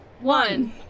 one